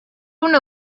una